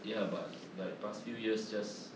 ya but like past few years just